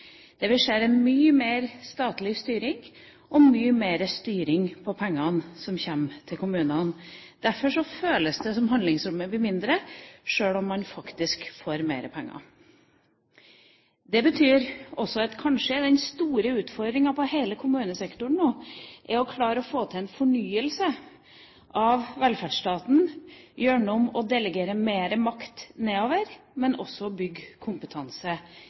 Det vi ser, er mye mer statlig styring og mye mer styring av pengene som kommer til kommunene. Derfor føles det som om handlingsrommet blir mindre, sjøl om man faktisk får mer penger. Det betyr også at den store utfordringen i hele kommunesektoren nå kanskje er å få til en fornyelse av velferdsstaten, gjøre den om og delegere mer makt nedover, men også å bygge kompetanse